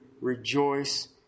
rejoice